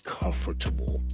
comfortable